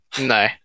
no